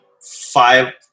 five